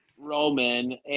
Roman